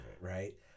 right